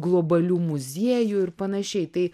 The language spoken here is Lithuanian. globalių muziejų ir panašiai tai